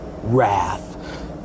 Wrath